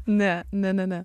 ne ne ne ne